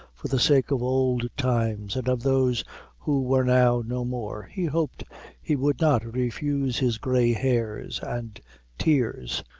for the sake of old times, and of those who were now no more, he hoped he would not refuse his gray hairs and tears,